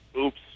oops